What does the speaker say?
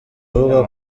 avuga